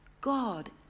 God